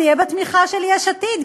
זה יהיה בתמיכת יש עתיד,